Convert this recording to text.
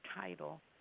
title